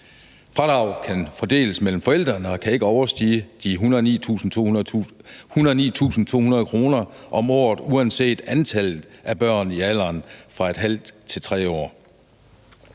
Fradraget kan fordeles mellem forældrene og kan ikke overstige de 109.200 kr. om året uanset antallet af børn i alderen ½-3 år. Der er